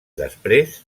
després